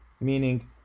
meaning